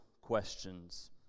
questions